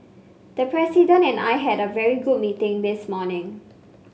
the president and I had a very good meeting this morning